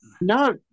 no